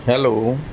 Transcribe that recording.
hello